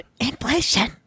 inflation